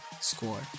score